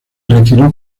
retiró